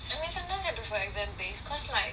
I mean sometimes I prefer exam based cause like